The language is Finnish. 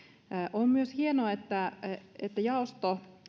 on myös hienoa että että jaosto